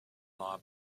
law